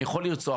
אני יכול לרצוח,